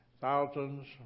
thousands